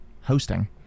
hosting